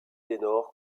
ténor